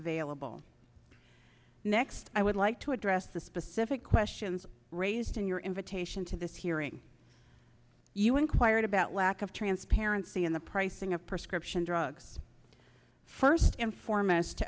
available next i would like to address the specific questions raised in your invitation to this hearing you inquired about lack of transparency in the pricing of prescription drugs first and foremost